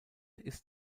ist